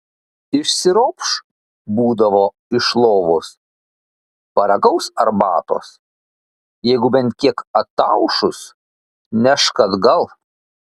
išsiropš būdavo iš lovos paragaus arbatos jeigu bent kiek ataušus nešk atgal